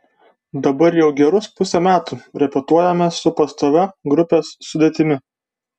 dabar jau gerus pusę metų repetuojame su pastovia grupės sudėtimi